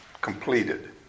completed